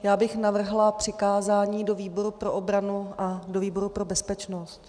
Já bych navrhla přikázání do výboru pro obranu a do výboru pro bezpečnost.